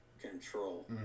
control